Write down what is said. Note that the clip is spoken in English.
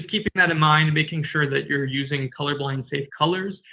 keeping that in mind, making sure that you're using colorblind-safe colors.